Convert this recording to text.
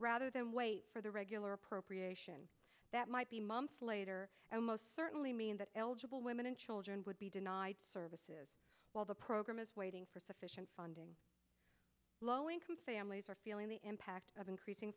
rather than wait for the regular appropriation that might be months later and most certainly mean that eligible women and children would be denied services while the program is waiting for sufficient funding low income families are feeling the impact of increasing